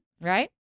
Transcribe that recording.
Right